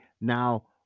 now